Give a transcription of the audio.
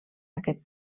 aquest